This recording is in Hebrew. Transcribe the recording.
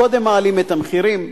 קודם מעלים את המחירים,